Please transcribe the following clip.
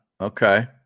Okay